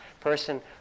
person